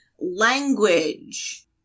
language